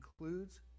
includes